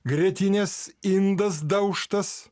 grietinės indas daužtas